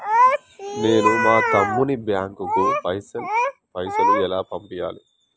నేను మా తమ్ముని బ్యాంకుకు పైసలు ఎలా పంపియ్యాలి?